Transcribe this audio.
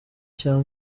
cyo